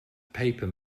paper